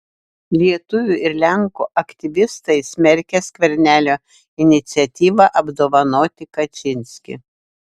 lietuvių ir lenkų aktyvistai smerkia skvernelio iniciatyvą apdovanoti kačynskį